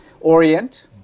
Orient